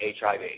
HIV